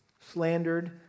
slandered